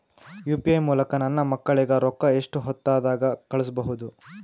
UPI ಮೂಲಕ ನನ್ನ ಮಕ್ಕಳಿಗ ರೊಕ್ಕ ಎಷ್ಟ ಹೊತ್ತದಾಗ ಕಳಸಬಹುದು?